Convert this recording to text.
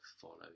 follow